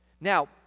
Now